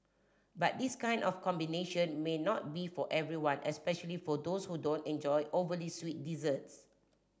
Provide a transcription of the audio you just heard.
but this kind of combination may not be for everyone especially for those who don't enjoy overly sweet desserts